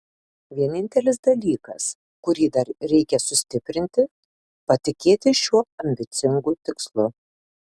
vienintelis dalykas kurį dar reikia sustiprinti patikėti šiuo ambicingu tikslu